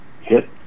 hit